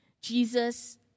Jesus